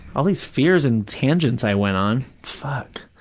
all these fears and tangents i went on, fuck.